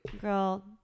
girl